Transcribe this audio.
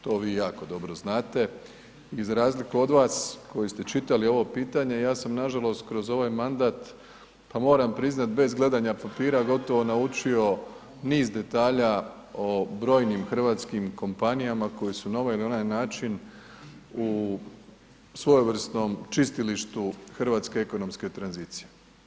To vi jako dobro znate i za razliku od vas koji ste čitali ovo pitanje, ja sam nažalost kroz ovaj mandat, pa moram priznat, bez gledanja papira, gotovo naučio niz detalja o brojnim hrvatskim kompanijama koje su na ovaj ili onaj način u svojevrsnom čistilištu hrvatske ekonomske tranzicije.